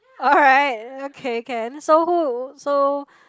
alright okay can so who so